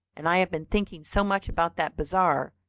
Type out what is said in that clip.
and i have been thinking so much about that bazaar,